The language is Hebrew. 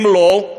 אם לא,